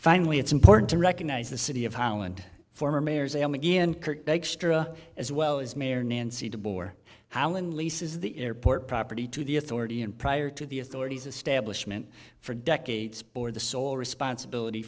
finally it's important to recognize the city of holland former mayors am again extra as well as mayor nancy de boer howland leases the airport property to the authority and prior to the authorities establishment for decades bore the sole responsibility